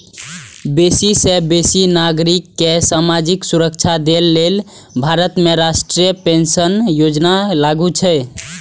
बेसी सं बेसी नागरिक कें सामाजिक सुरक्षा दए लेल भारत में राष्ट्रीय पेंशन योजना लागू छै